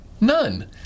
None